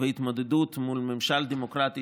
וההתמודדות מול ממשל דמוקרטי,